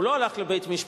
הוא לא הלך לבית-משפט,